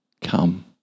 Come